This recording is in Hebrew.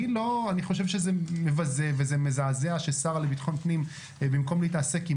אני חושב שזה מבזה וזה מזעזע שהשר לביטחון הפנים במקום להתעסק עם